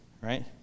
right